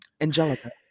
Angelica